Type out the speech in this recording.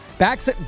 Backs